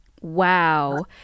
Wow